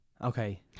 Okay